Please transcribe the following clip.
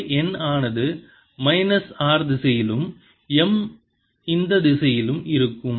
உள்ளே n ஆனது minus r திசையிலும் M இந்த திசையிலும் இருக்கும்